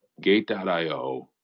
Gate.io